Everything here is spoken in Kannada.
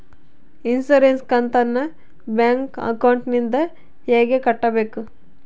ಇನ್ಸುರೆನ್ಸ್ ಕಂತನ್ನ ಬ್ಯಾಂಕ್ ಅಕೌಂಟಿಂದ ಹೆಂಗ ಕಟ್ಟಬೇಕು?